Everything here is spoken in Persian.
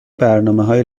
برنامههای